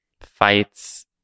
fights